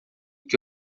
que